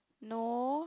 no